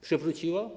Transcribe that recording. Przywróciło?